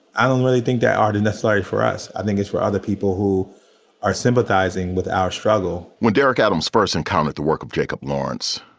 i don't really think that art is and necessary for us. i think it's for other people who are sympathizing with our struggle when derek adams first and comic the work of jacob lawrence,